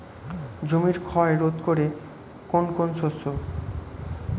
জমির ক্ষয় রোধ করে কোন কোন শস্য?